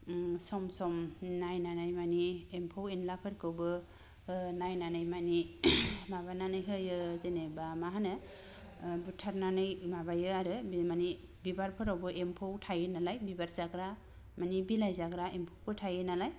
ओम सम सम नायनानै माने एम्फौ एनलाफोरखौबो नायनानै माने माबानानै होयो जेनेबा मा होनो ओ बुथारनानै माबायो आरो बे माने बिबारफोरावबो एम्फौ थायो नालाय बिबार जाग्रा माने बिलाइ जाग्रा एम्फौफोर थायो नालाय